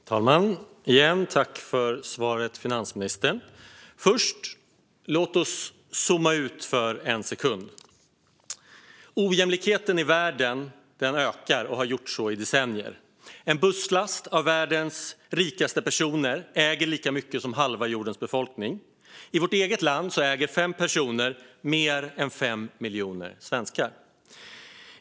Fru talman! Återigen tack för svaret, finansministern! Låt oss först zooma ut för en sekund. Ojämlikheten i världen ökar och har gjort så i decennier. En busslast av världens rikaste personer äger lika mycket som halva jordens befolkning. I vårt eget land äger 5 personer mer än 5 miljoner svenskar.